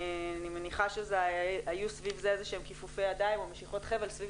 אני מניחה שהיו סביב זה איזה שהם כיפופי ידיים או משיכות חבל סביב